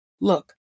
Look